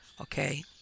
okay